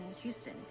houston